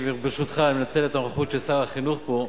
ברשותך, אני מנצל את הנוכחות של שר החינוך פה.